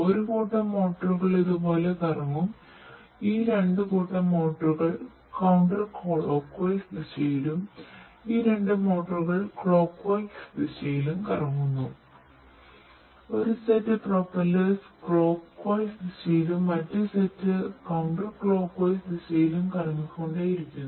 ഒരു set propellers clockwise ദിശയിലും കറങ്ങിക്കൊണ്ടിരിക്കുന്നു